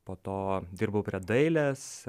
po to dirbau prie dailės